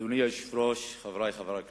אדוני היושב-ראש, חברי חברי הכנסת,